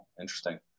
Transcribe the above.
Interesting